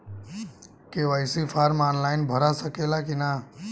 KYC form online भरा सकला की ना?